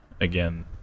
again